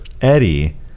eddie